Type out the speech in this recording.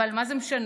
אבל מה זה משנה?